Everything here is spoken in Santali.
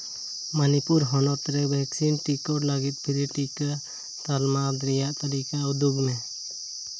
ᱢᱚᱱᱤᱯᱩᱨ ᱦᱚᱱᱚᱛ ᱨᱮ ᱵᱷᱮᱠᱥᱤᱱ ᱴᱤᱠᱟᱹ ᱞᱟᱹᱜᱤᱫ ᱯᱷᱨᱤ ᱴᱤᱠᱟᱹ ᱛᱟᱞᱢᱟ ᱨᱮᱭᱟᱜ ᱛᱟᱹᱞᱤᱠᱟ ᱩᱫᱩᱜᱽ ᱢᱮ